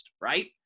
right